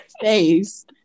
face